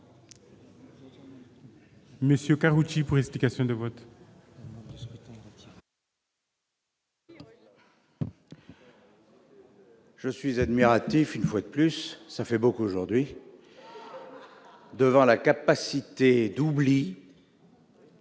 Roger Karoutchi, pour explication de vote. J'admire, une fois de plus- ça fait beaucoup aujourd'hui -, la capacité d'oubli